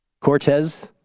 Cortez